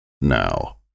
Now